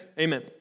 Amen